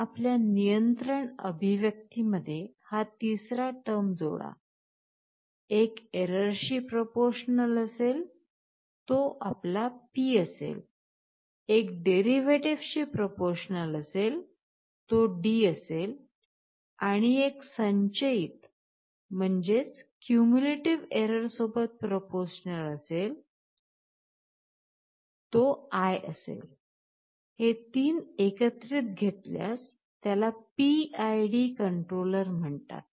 आपण आपल्या नियंत्रण अभिव्यक्ती मध्ये हा तिसरा टर्म जोडा एक एररशी प्रोपोरशनल असेल तो आपला P असेल एक डेरीवेटीव्हशी प्रोपोरशनल असेल तो D असेल आणि एक संचयित एरर सोबत प्रोपोरशनल असेल प्रमाण असेल तो I असेलहे तीन एकत्रीत घेतल्यास त्याला PID controller म्हणतात